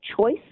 choice